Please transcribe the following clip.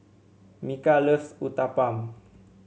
Micah loves Uthapam